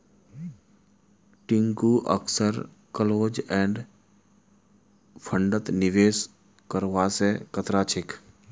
टिंकू अक्सर close end फंडत निवेश करवा स कतरा छेक